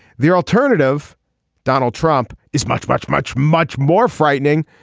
the alternative donald trump is much much much much more frightening.